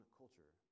culture